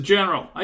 General